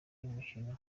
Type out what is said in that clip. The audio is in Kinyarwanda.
y’umukino